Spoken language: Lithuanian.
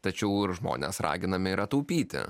tačiau ir žmonės raginami yra taupyti